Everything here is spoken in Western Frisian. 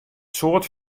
soad